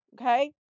okay